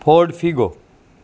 Ford Figo